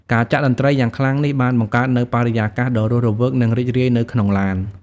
ការចាក់តន្ត្រីយ៉ាងខ្លាំងនេះបានបង្កើតនូវបរិយាកាសដ៏រស់រវើកនិងរីករាយនៅក្នុងឡាន។